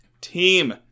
team